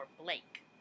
Blake